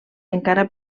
encara